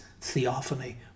theophany